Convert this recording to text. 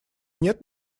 нет